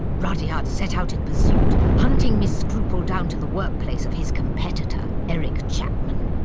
rudyard set out in pursuit, hunting miss scruple down to the workplace of his competitor, eric chapman.